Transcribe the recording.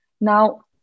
Now